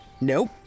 Nope